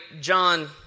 John